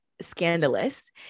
scandalous